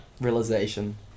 realization